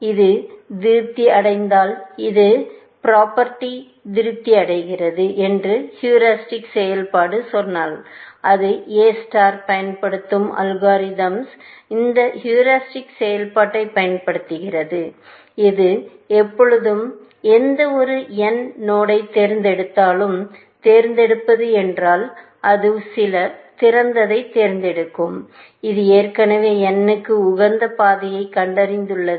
இது திருப்தி அடைந்தால்இந்த ப்ராபர்ட்டி திருப்திப்படுத்துகிறது என்று ஹூரிஸ்டிக்செயல்பாடு சொன்னால் அந்த எ ஸ்டார் பயன்படுத்தும் அல்காரிதம்ஸ் அந்த ஹூரிஸ்டிக் செயல்பாட்டை பயன்படுத்துகிறது அது எப்பொழுதெல்லாம் எந்த ஒரு n நோடை தேர்ந்தெடுத்தாலும் தேர்ந்தெடுப்பது என்றால் அது சில திறந்ததை தேர்ந்தெடுக்கும் இது ஏற்கனவே n க்கு உகந்த பாதையைக் கண்டறிந்துள்ளது